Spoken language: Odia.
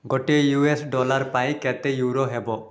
ଗୋଟେ ୟୁ ଏସ୍ ଡଲାର୍ ପାଇଁ କେତେ ୟୁରୋ ହେବ